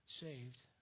saved